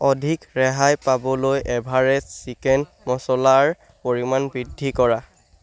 অধিক ৰেহাই পাবলৈ এভাৰেষ্ট চিকেন মছলাৰ পৰিমাণ বৃদ্ধি কৰা